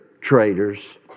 traitors